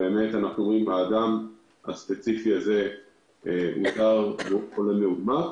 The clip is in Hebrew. אם אדם ספציפי אותר כחולה מאומת,